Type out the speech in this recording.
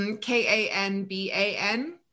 K-A-N-B-A-N